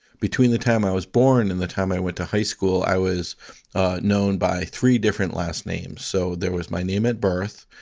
between the time i was born and the time i went to high school, i was known by three different last names. so there was my name at birth,